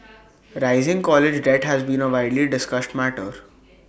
rising college debt has been A widely discussed matter